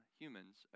humans